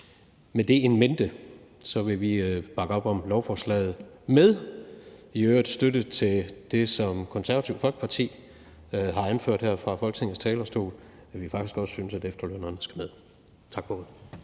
med det in mente vil vi bakke op om lovforslaget – med i øvrigt støtte til det, som Det Konservative Folkeparti har anført her fra Folketingets talerstol om, at man faktisk også synes, at efterlønnerne skal med. Tak for